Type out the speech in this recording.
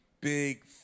big